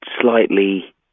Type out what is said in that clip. slightly